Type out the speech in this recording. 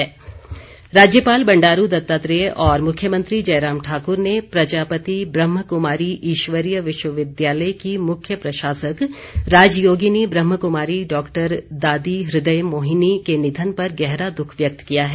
शोक राज्यपाल बंडारू दत्तात्रेय और मुख्यमंत्री जयराम ठाक्र ने प्रजापति ब्रहमक्मारी ईश्वरीय विश्वविद्यालय की मुख्य प्रशासक राजयोगिनी ब्रहमक्मारी डॉक्टर दादी हृदय मोहिनी के निधन पर गहरा दुख व्यक्त किया है